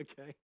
okay